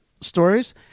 stories